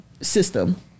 system